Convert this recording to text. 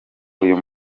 uyu